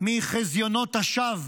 מחזיונות השווא